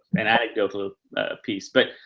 an anecdotal piece, but,